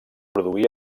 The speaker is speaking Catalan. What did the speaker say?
produir